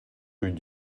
rue